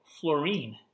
fluorine